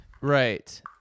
Right